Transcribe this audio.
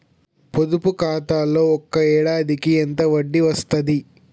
పొదుపు ఖాతాలో ఒక ఏడాదికి ఎంత వడ్డీ వస్తది?